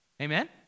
Amen